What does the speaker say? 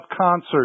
concert